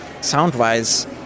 sound-wise